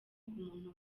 muntu